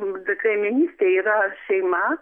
mūsų kaimynystėj yra šeima